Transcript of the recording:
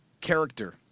character